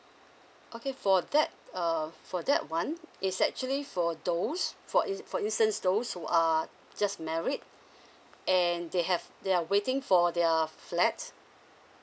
okay for that uh for that one it's actually for those for ins~ for instance those who are just married and they have they are waiting for their flat